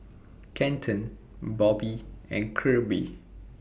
Kenton Bobbie and Kirby